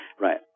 Right